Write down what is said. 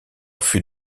fut